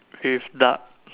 with duck